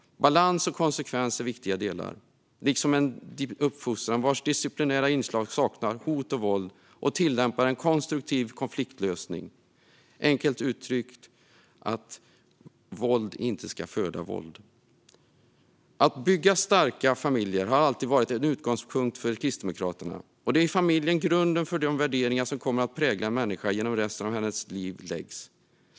Balans och konsekvens är viktiga delar, liksom en uppfostran vars disciplinära inslag saknar hot och våld och tillämpar en konstruktiv konfliktlösning. Enkelt uttryckt: Våld ska inte föda våld. Att bygga starka familjer har alltid varit en utgångspunkt för Kristdemokraterna. Det är i familjen grunden för de värderingar som kommer att prägla en människa genom resten av hennes liv läggs.